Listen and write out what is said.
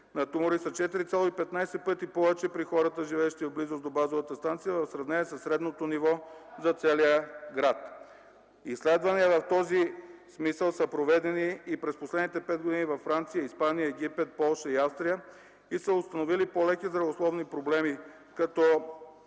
на тумори са 4,15 пъти повече при хората, живеещи в близост до базовата станция, в сравнение със средното ниво за целия град. Изследвания в този смисъл са проведени през последните 5 години във Франция, Испания, Египет, Полша и Австрия и са установени по-леки здравословни проблеми като